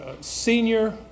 senior